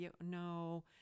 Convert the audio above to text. no